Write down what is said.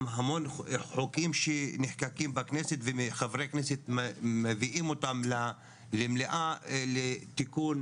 המון חוקים שנחקקים בכנסת ומחברי כנסת מביאים אותם למליאה לתיקון,